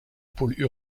pôle